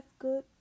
good